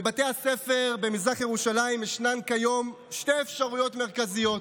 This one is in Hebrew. בבתי ספר במזרח ירושלים ישנן כיום שתי אפשרויות מרכזיות: